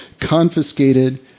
confiscated